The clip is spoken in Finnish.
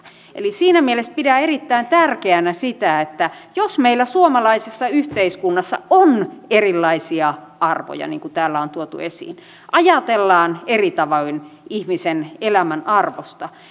eli siinä mielessä pidän erittäin tärkeänä sitä että jos meillä suomalaisessa yhteiskunnassa on erilaisia arvoja niin kuin täällä on tuotu esiin ajatellaan eri tavoin ihmisen elämän arvosta